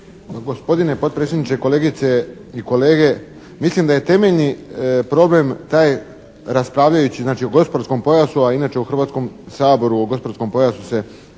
Gospodine potpredsjedniče, kolegice i kolege. Mislim da je temeljni problem taj, raspravljajući znači o gospodarskom pojasu a inače u Hrvatskom saboru o gospodarskom pojasu se